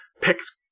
picks